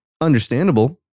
understandable